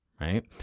right